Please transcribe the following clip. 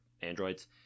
androids